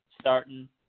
Starting